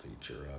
feature